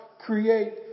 create